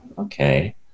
Okay